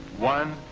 one,